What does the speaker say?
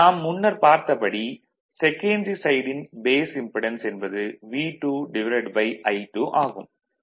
நாம் முன்னர் பார்த்த படி செகன்டரி சைடின் பேஸ் இம்படென்ஸ் என்பது V2I2 ஆகும்